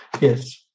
yes